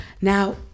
Now